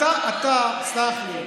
סלח לי,